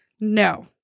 No